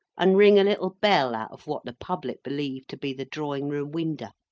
and ring a little bell out of what the public believed to be the drawing-room winder.